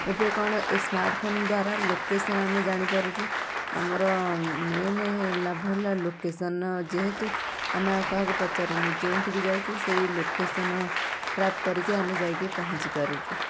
ଏବେ କ'ଣ ଏଇ ସ୍ମାର୍ଟଫୋନ୍ ଦ୍ବାରା ଲୋକେସନ୍ ଆମେ ଜାଣିପାରୁଛୁ ଆମର ମେନେ ଲାଭ ହେଲା ଲୋକେସନ୍ ଯେହେତୁ ଆମେ ଆଉ କାହାକୁ ପଚାରୁନୁ ଯେଉଁଠିକି ଯାଉଛୁ ସେଇ ଲୋକେସନ୍ ଟ୍ରାକ୍ କରିକି ଯାଇକି ଆମେ ପହଞ୍ଚି ପାରୁଛୁ